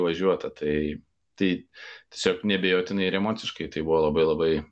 važiuota tai tai tiesiog neabejotinai ir emociškai tai buvo labai labai